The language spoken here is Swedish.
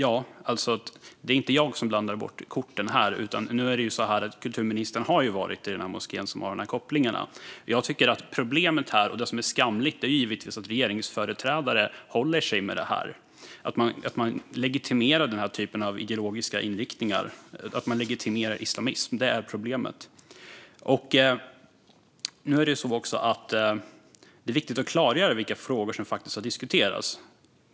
Det är inte jag som blandar bort korten här, utan kulturministern har faktiskt varit i moskén som har de här kopplingarna. Det som är skamligt är givetvis att regeringsföreträdare håller sig med det här och legitimerar den här typen av ideologiska inriktningar. Man legitimerar islamism, och det är det som är problemet. Det är viktigt att klargöra vilka frågor som har diskuterats.